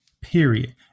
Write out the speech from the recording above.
period